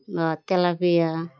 বা তেলাপিয়া